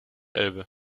elbe